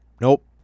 Nope